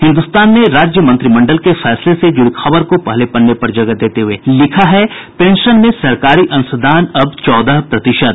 हिन्दुस्तान ने राज्य मंत्रिमंडल के फैसले से जुड़ी खबर को पहले पन्ने पर जगह देते हुये लिखा है पेंशन में सरकारी अंशदान अब चौदह प्रतिशत